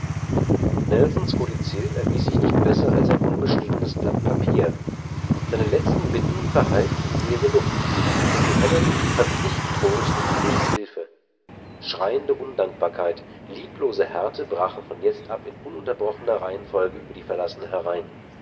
nelsons kodizill erwies sich nicht besser als ein unbeschriebenes blatt papier seine letzten bitten verhallten in leere luft lady hamilton fand nicht trost und nicht hilfe schreiende undankbarkeit lieblose härte brachen von jetzt ab in ununterbrochener reihenfolge über die verlassene herein